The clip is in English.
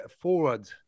forward